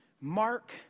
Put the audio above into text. mark